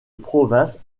province